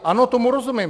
Ano, tomu rozumím.